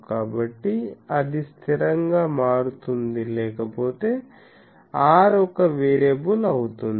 కాబట్టి అది స్థిరంగా మారుతుంది లేకపోతే r ఒక వేరియబుల్ అవుతుంది